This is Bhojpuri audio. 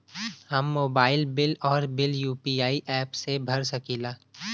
हम मोबाइल बिल और बिल यू.पी.आई एप से भर सकिला